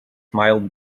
mild